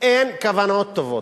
אין כוונות טובות.